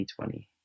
2020